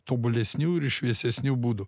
tobulesnių ir šviesesnių būdų